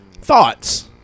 Thoughts